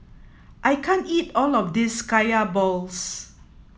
I can't eat all of this kaya balls